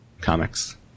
comics